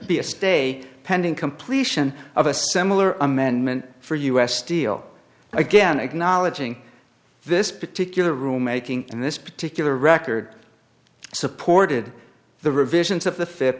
be a stay pending completion of a similar amendment for us steel again acknowledging this particular room making and this particular record supported the revisions of the fi